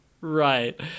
Right